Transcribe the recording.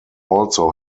also